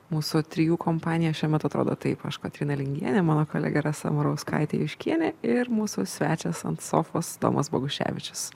mūsų trijų kompanija šiuo metu atrodo taip aš kotryna lingienė mano kolegė rasa murauskaitė juškienė ir mūsų svečias ant sofos domas boguševičius